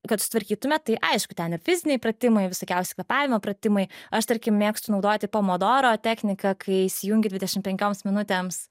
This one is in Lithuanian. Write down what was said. kad sutvarkytume tai aišku ten ir fiziniai pratimai visokiausi kvėpavimo pratimai aš tarkim mėgstu naudoti pomodoro techniką kai įsijungi dvidešim penkioms minutėms